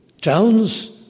towns